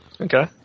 Okay